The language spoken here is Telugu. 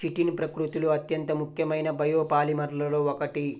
చిటిన్ ప్రకృతిలో అత్యంత ముఖ్యమైన బయోపాలిమర్లలో ఒకటి